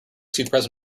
sixteenth